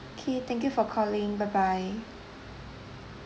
okay thank you for calling bye bye